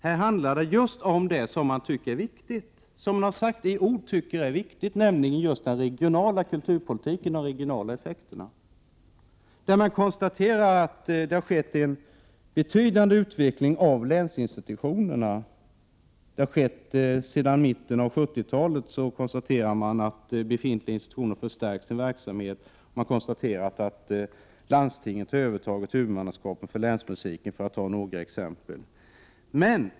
Det handlar om just det som man i ord har sagt är viktigt, nämligen den regionala kulturpolitiken och de regionala effekterna. Det konstateras att det har skett en betydande utveckling av länsinstitutionerna, att befintliga institutioner sedan mitten av 70-talet har förstärkt sin verksamhet och att landstinget har övertagit huvudmannaskapet för länsmusiken, för att ta några exempel.